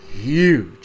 huge